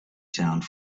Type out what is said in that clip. sound